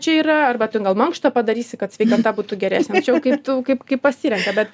čia yra arba ten gal mankštą padarysi kad sveikata būtų geresnė čia jau kaip tu kaip kaip pasirenka bet